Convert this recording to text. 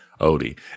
Odie